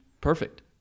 perfect